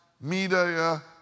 Media